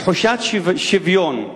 תחושת שוויון,